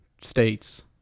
States